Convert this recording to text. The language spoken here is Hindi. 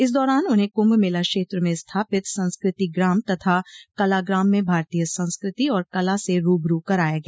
इस दौरान उन्हें कुंभ मेला क्षेत्र में स्थापित संस्कृति ग्राम तथा कलाग्राम में भारतीय संस्कृति और कला से रूबरू कराया गया